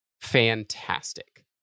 fantastic